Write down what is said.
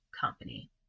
company